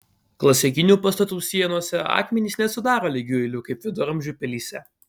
klasikinių pastatų sienose akmenys nesudaro lygių eilių kaip viduramžių pilyse